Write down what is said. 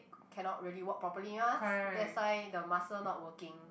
cannot really walk properly mah that's why the muscle not working